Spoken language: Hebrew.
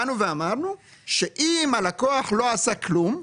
באנו ואמרנו שאם הלקוח לא עשה כלום,